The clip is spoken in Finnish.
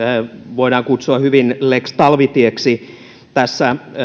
voidaan kutsua hyvin lex talvitieksi tässä